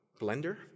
blender